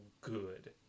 good